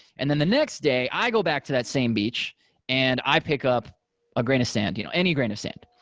and then the next day i go back to that same beach and i pick up a grain of sand, you know any grain of sand.